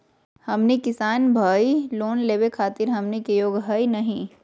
हमनी किसान भईल, लोन लेवे खातीर हमनी के योग्य हई नहीं?